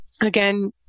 Again